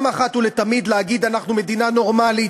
אחת ולתמיד להגיד: אנחנו מדינה נורמלית,